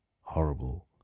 horrible